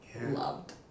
loved